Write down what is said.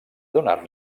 donar